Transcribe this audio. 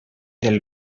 del